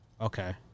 Okay